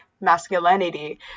masculinity